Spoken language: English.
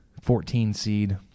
14-seed